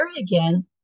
again